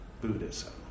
Buddhism